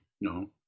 no